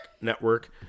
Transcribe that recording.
network